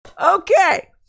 Okay